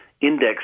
indexed